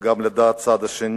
גם לדעת את הצד השני,